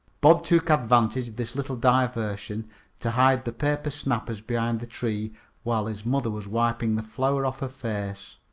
bob took advantage of this little diversion to hide the paper snappers behind the tree while his mother was wiping the flour off her face.